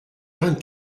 vingt